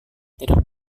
tidak